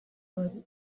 ari